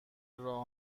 راه